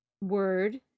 word